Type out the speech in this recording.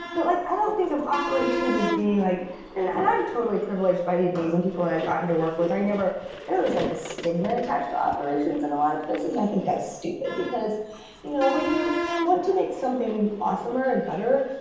but like i don't think of operations as being like so and i'm totally privileged by the amazing people i've gotten to work with. i never there's like a stigma attached to operations in a lot of places, and i think that's stupid, because you know when you want to make something awesome or and better,